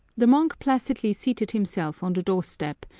the monk placidly seated himself on the doorstep,